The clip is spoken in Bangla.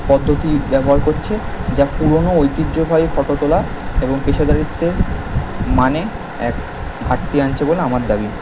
পদ্ধতি ব্যবহার করছে যা পুরনো ঐতিহ্যবাহী ফটো তোলা এবং পেশাদারিত্বে মানে এক ঘাটতি আনছে বলে আমার দাবি